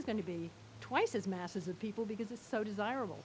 is going to be twice as masses of people because it's so desirable